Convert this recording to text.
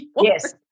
Yes